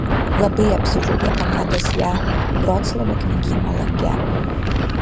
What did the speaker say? labai apsidžiaugė pamatęs ją vroclavo knygyno lange